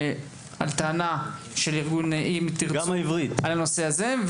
על טענה של ארגון 'אם תרצו' על הנושא הזה --- גם העברית.